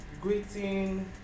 greeting